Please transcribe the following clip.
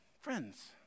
Friends